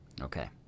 Okay